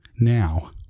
Now